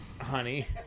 Honey